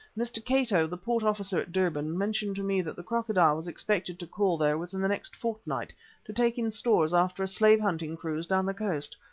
mr. cato, the port officer at durban, mentioned to me that the crocodile was expected to call there within the next fortnight to take in stores after a slave-hunting cruise down the coast.